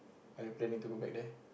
are you planning to go back there